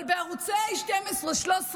אבל בערוצי 12, 13,